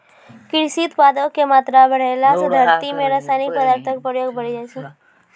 कृषि उत्पादो के मात्रा बढ़ैला से धरती मे रसायनिक पदार्थो के प्रयोग बढ़ि जाय छै